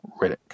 Riddick